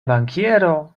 bankiero